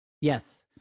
Yes